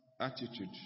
attitude